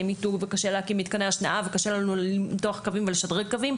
מיתוג וקשה להקים מתקני השנאה וקשה לנו למתוח קווים ולשדרג קווים.